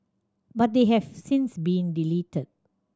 but they have since been deleted